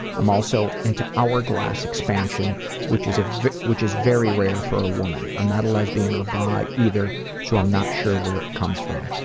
i'm also into hourglass expansion which is ah which is very rare for a woman, i'm not a lesbian or bi either so i'm not sure where it comes from.